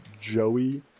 joey